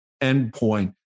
endpoint